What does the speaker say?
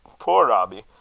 puir robbie!